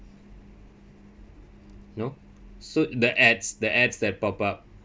no so in the ads the ads that pop up